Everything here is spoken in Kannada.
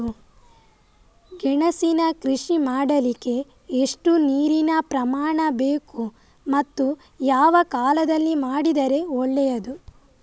ಗೆಣಸಿನ ಕೃಷಿ ಮಾಡಲಿಕ್ಕೆ ಎಷ್ಟು ನೀರಿನ ಪ್ರಮಾಣ ಬೇಕು ಮತ್ತು ಯಾವ ಕಾಲದಲ್ಲಿ ಮಾಡಿದರೆ ಒಳ್ಳೆಯದು?